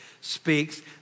speaks